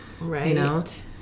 Right